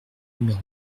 numéro